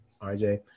RJ